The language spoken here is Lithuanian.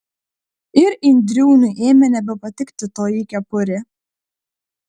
ir indriūnui ėmė nebepatikti toji kepurė